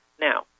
Now